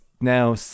now